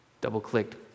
double-clicked